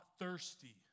thirsty